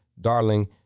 darling